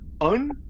Un